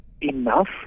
enough